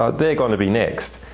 ah they're going to be next.